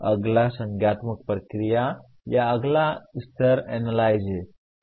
अब अगला संज्ञानात्मक प्रक्रिया का अगला स्तर एनालाइज है